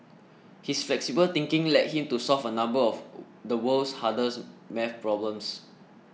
his flexible thinking led him to solve a number of the world's hardest math problems